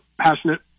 passionate